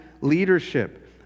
leadership